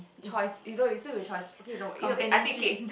choice you know you still have a choice okay no it's okay I think K